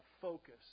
focus